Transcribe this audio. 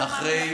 אף אחד.